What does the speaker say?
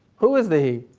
who is the